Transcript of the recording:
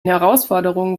herausforderungen